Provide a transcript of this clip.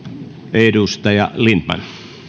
edustaja lindtman